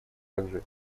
также